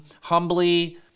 humbly